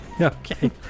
Okay